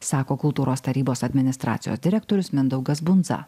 sako kultūros tarybos administracijos direktorius mindaugas bundza